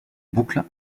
boucle